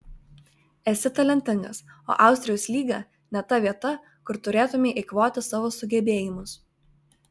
esi talentingas o austrijos lyga ne ta vieta kur turėtumei eikvoti savo sugebėjimus